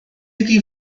iddi